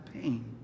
pain